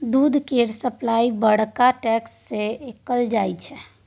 दूध केर सप्लाई बड़का टैंक सँ कएल जाई छै